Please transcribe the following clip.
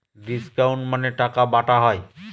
discount মানে টাকা বাটা হয়